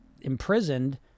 imprisoned